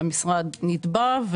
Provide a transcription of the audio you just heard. המשרד נתבע,